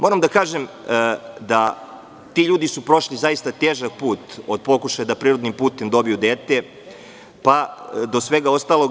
Moram da kažem da su ti ljudi prošli zaista težak put od pokušaja da prirodnim putem dobiju dete, pa do svega ostalog.